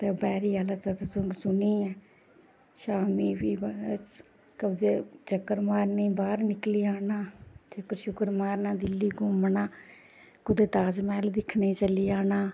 दपैह्री आह्ला सतसंग सुनियै शामी फ्ही बस चक्कर मारने गी बाह्र निकली जाना चक्कर छक्कर मारना ते दिल्ली घूमना कुदै ताजमैहल दिक्खने गी चली जाना